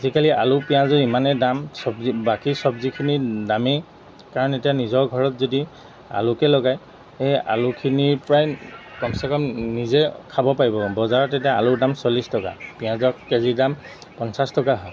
আজিকালি আলু পিঁয়াজো ইমানেই দাম চবজি বাকী চব্জিখিনি দামেই কাৰণ এতিয়া নিজৰ ঘৰত যদি আলুকে লগায় সেই আলুখিনিৰ প্ৰায় কমচে কম নিজে খাব পাৰিব বজাৰত এতিয়া আলুৰ দাম চল্লিছ টকা পিঁয়াজৰ কেজিৰ দাম পঞ্চাছ টকা হয়